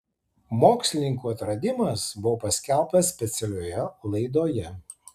mokslininkų atradimas buvo paskelbtas specialioje laidoje